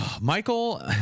Michael